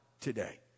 today